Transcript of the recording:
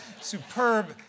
superb